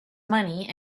money